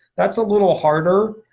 that's a little harder.